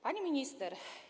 Pani Minister!